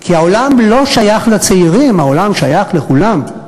כי העולם לא שייך לצעירים, העולם שייך לכולם.